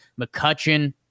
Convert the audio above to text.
McCutcheon